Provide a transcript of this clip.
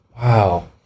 wow